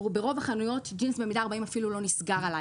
ברוב החנויות ג'ינס במידה 40 אפילו לא נסגר עליי.